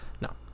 no